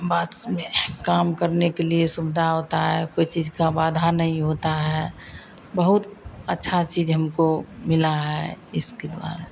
बाद में काम करने के लिए सुविधा होती है कोई चीज़ की बाधा नहीं होती है बहुत अच्छी चीज़ हमको मिली है इसके द्वारा